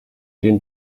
den